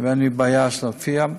ואין לי בעיה להופיע.